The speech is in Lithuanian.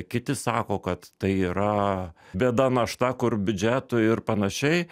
kiti sako kad tai yra bėda našta kur biudžetui ir panašiai